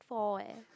four eh